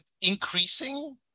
increasing